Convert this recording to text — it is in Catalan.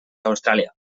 austràlia